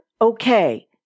okay